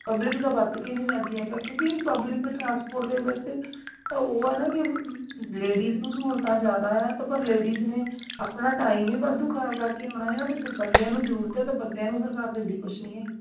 public ਤਾਂ ਵਰਤ ਕੇ ਹੀ ਨਹੀਂ ਰਾਜ਼ੀ ਹੈਗਾ ਕਿਉਂਕਿ ਪਬਲਕਿ ਟਰਾਂਸਪੋਰਟ ਦੇ ਵਿੱਚ ਉਹ ਆ ਨਾ ਕਿ ਲੇਡੀਜ਼ ਨੂੰ ਸਹੂਲਤਾਂ ਜ਼ਿਆਦਾ ਆ ਅਤੇ ਪਰ ਲੇਡੀਜ਼ ਨੇ ਆਪਣਾ ਟਾਈਮ ਹੀ ਵਾਧੂ ਖਰਾਬ ਕਰਕੇ ਆਉਣਾ ਆ ਅਤੇ ਜੇ ਬੰਦਿਆਂ ਨੂੰ ਜ਼ਰੂਰਤ ਅਤੇ ਬੰਦਿਆਂ ਨੂੰ ਸਰਕਾਰ ਦਿੰਦੀ ਕੁਛ ਨਹੀਂ ਹੈਗੀ